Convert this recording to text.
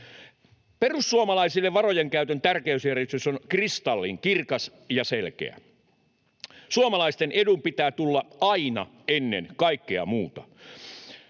Perussuomalaisille varojen käytön tärkeysjärjestys on kristallinkirkas ja selkeä: suomalaisten edun pitää tulla aina ennen kaikkea muuta.